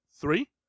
three